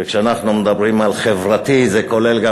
וכשאנחנו מדברים על חברתי זה כולל גם